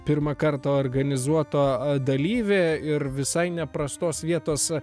pirmą kartą organizuoto dalyvė ir visai neprastos vietos